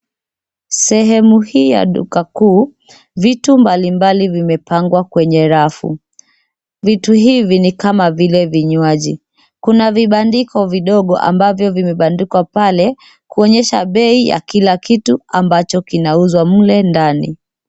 Sehemu hii ya duka kuu, vitu mbali mbali vimepangwa kwenye rafu. Vitu hivi ni kama vile vinywaji. Kuna vibandiko vidogo ambavyo vimebandikwa pale, kuonyesha bei ya kila kitu ambacho kinauzwa mle ndani.